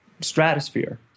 stratosphere